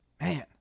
Man